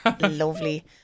Lovely